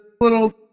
little